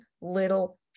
little